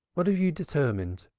what have you determined?